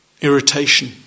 Irritation